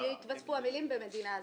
יתווספו המילים "במדינה זרה".